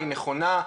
נכונה,